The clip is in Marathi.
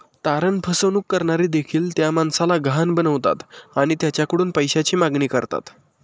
तारण फसवणूक करणारे देखील त्या माणसाला गहाण बनवतात आणि त्याच्याकडून पैशाची मागणी करतात